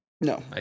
No